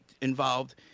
involved